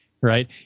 right